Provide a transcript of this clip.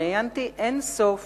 ראיינתי אין-סוף